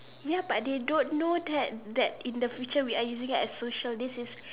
ya but they don't know that that in the future we are using it as social this is